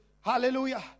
hallelujah